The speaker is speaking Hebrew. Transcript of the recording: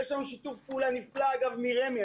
יש לנו שיתוף פעולה נפלא מרמ"י.